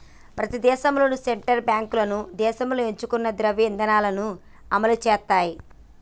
ప్రతి దేశంలోనూ సెంట్రల్ బ్యాంకులు దేశం ఎంచుకున్న ద్రవ్య ఇధానాన్ని అమలు చేత్తయ్